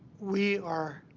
we are